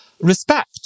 respect